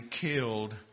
killed